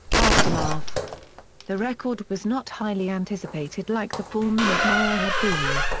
aftermath the record was not highly anticipated like the four-minute mile had been.